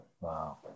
Wow